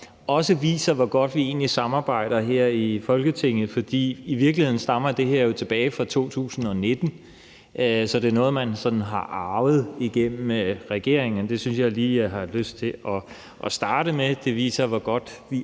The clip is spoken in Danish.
også viser, hvor godt vi egentlig samarbejder her i Folketinget, for i virkeligheden stammer det her jo helt tilbage fra 2019, så det er noget, man har arvet gennem flere regeringer. Det synes jeg lige jeg har lyst til at starte med at sige, for det